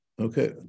Okay